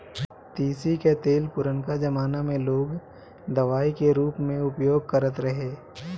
तीसी कअ तेल पुरनका जमाना में लोग दवाई के रूप में उपयोग करत रहे